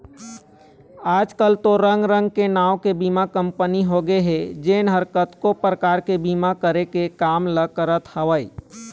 आजकल तो रंग रंग के नांव के बीमा कंपनी होगे हे जेन ह कतको परकार के बीमा करे के काम ल करत हवय